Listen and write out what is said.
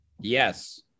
Yes